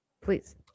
please